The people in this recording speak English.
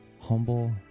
humble